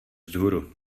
vzhůru